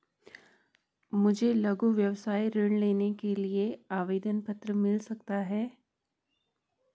मुझे लघु व्यवसाय ऋण लेने के लिए आवेदन पत्र मिल सकता है?